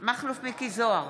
מכלוף מיקי זוהר,